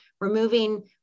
removing